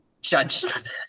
judged